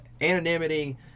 anonymity